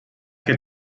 que